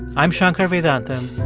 i'm shankar vedantam,